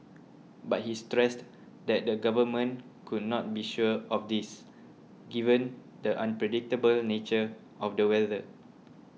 but he stressed that the Government could not be sure of this given the unpredictable nature of the weather